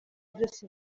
byose